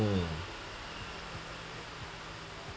mm